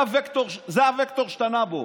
זה הווקטור שאתה נע בו.